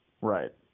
Right